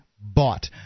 bought